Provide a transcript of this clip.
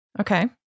Okay